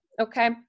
Okay